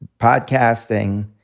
podcasting